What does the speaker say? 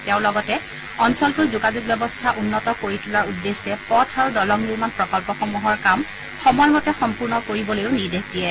তেওঁ লগতে অঞ্চলটোৰ যোগাযোগ ব্যৱস্থা উন্নত কৰি তোলাৰ উদ্দেশ্যে পথ আৰু দলং নিৰ্মাণ প্ৰকল্পসমূহৰ কাম সময়মতে সম্পূৰ্ণ কৰিবলৈও নিৰ্দেশ দিয়ে